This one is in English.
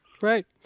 Right